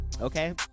Okay